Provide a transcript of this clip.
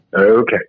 Okay